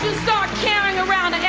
start carrying around